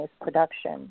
production